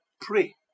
pray